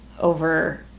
over